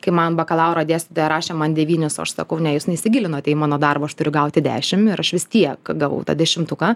kai man bakalauro dėstytoja rašė man devynis o aš sakau ne jūs neįsigilinote į mano darbą aš turiu gauti dešimt ir aš vis tiek gavau tą dešimtuką